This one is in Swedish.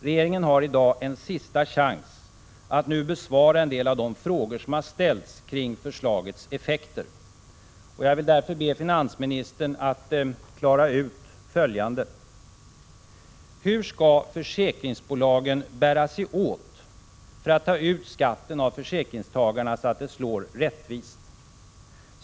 Regeringen har i dag en sista chans att besvara en del av de frågor som ställts kring förslagets effekter. Jag vill därför be finansministern att nu klara ut följande: Hur skall försäkringsbolagen bära sig åt för att ta ut skatten av försäkringstagarna så att det slår rättvist?